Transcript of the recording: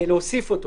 להוסיף אותו.